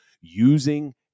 using